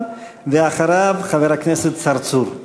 חבר הכנסת הופמן, ואחריו, חבר הכנסת צרצור.